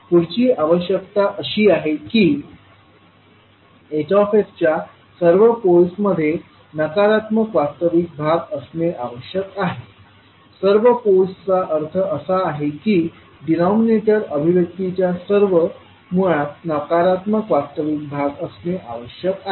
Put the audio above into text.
पुढची आवश्यकता अशी आहे की Hsच्या सर्व पोल्स मध्ये नकारात्मक वास्तविक भाग असणे आवश्यक आहे सर्व पोल्सचा अर्थ असा आहे की डिनामनेटर अभिव्यक्तीच्या सर्व मुळांत नकारात्मक वास्तविक भाग असणे आवश्यक आहे